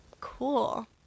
Cool